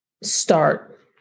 start